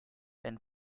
and